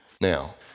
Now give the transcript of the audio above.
Now